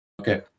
Okay